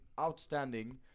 outstanding